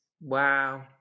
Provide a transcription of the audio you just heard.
Wow